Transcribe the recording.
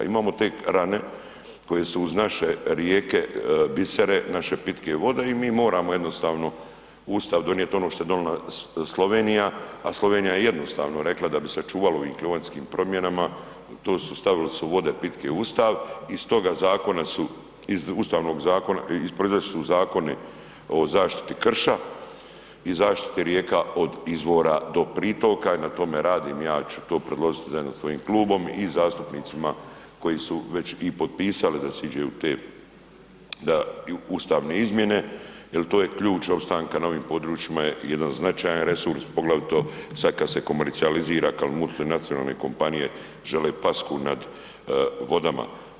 Imamo te rane koje su uz naše rijeke bisere, naše pitke vode i moramo jednostavno u Ustav donijet ono što je donila Slovenija, a Slovenija je jednostavno rekla da bi sačuvala u ovim klimatskim promjenama, to su, stavili su vode pitke u Ustav i iz toga zakona su, iz Ustavnog zakona … [[Govornik se ne razumije]] su Zakoni o zaštiti krša i zaštiti rijeka od izvora do pritoka i na tome radim, ja ću to predložiti zajedno sa svojim klubom i zastupnicima koji su već i potpisali da se iđe u te ustavne izmjene jel to je ključ opstanka na ovim područjima je jedan značajan resurs, poglavito sad kad se komercijalizira, kad multinacionalne kompanije žele pasku nad vodama.